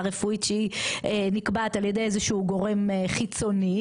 רפואית שהיא נקבעת על ידי איזשהו גורם חיצוני,